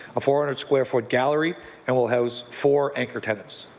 a four hundred square foot gallery and will house four anchor tenants.